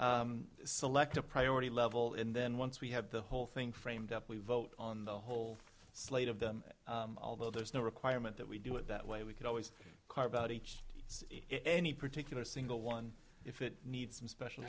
select a priority level in then once we had the whole thing framed up we vote on the whole slate of them although there's no requirement that we do it that way we could always carve out each any particular single one if it needs some special